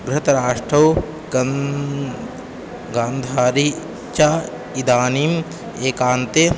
दृतराष्ट्रौ गन् गान्धारी च इदानीम् एकान्ते